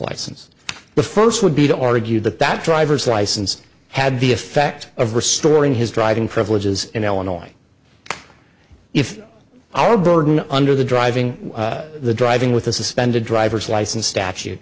license the first would be to argue that that driver's license had the effect of restoring his driving privileges in illinois if our burden under the driving the driving with a suspended driver's license statute